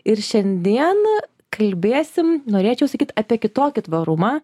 ir šiandieną kalbėsim norėčiau sakyt apie kitokį tvarumą